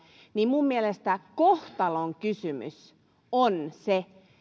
niin minun mielestäni kohtalonkysymys on se